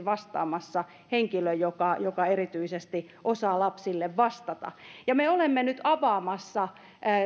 vastaamassa henkilö joka joka erityisesti osaa lapsille vastata me olemme nyt avaamassa